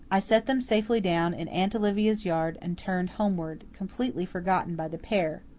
i set them safely down in aunt olivia's yard and turned homeward, completely forgotten by the pair.